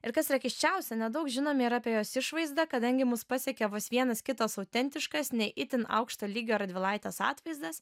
ir kas yra keisčiausia nedaug žinome ir apie jos išvaizdą kadangi mus pasiekė vos vienas kitas autentiškas ne itin aukšto lygio radvilaitės atvaizdas